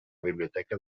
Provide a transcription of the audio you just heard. biblioteca